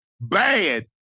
bad